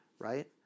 right